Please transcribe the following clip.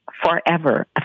forever